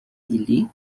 ailé